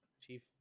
chief